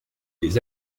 des